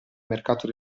mercato